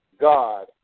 God